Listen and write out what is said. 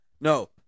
no